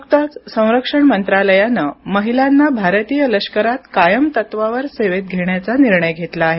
नुकताच संरक्षण मंत्रालयानं महिलांना भारतीय लष्करात कायम तत्त्वावर सेवेत घेण्याचा निर्णय घेतला आहे